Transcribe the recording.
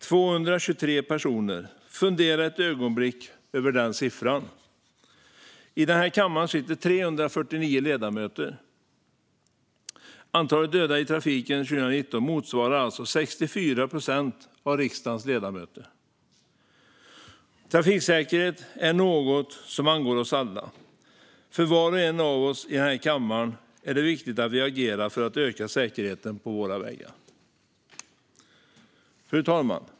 223 personer - fundera ett ögonblick över den siffran! I den här kammaren sitter 349 ledamöter. Antalet dödade i trafiken 2019 motsvarar alltså 64 procent av riksdagens ledamöter. Trafiksäkerhet är något som angår oss alla. Det är viktigt att var och en av oss här i kammaren agerar för att öka säkerheten på våra vägar. Fru talman!